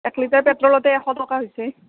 এক লিটাৰ পেট্ৰলতে এশ টকা হৈছে